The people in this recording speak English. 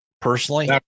personally